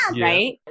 right